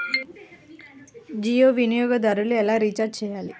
జియో వినియోగదారులు ఎలా రీఛార్జ్ చేయాలి?